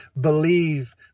believe